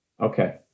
Okay